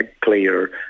clear